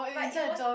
like it was